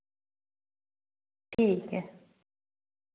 ठीक ऐ